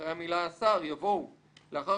אחרי המילה "השר" יבואו המילים "לאחר